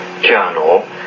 journal